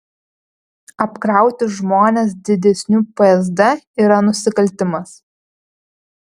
apkrauti žmones didesniu psd yra nusikaltimas